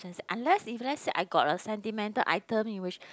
unless if let's say I got a sentimental item in wish